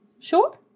Sure